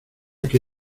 qué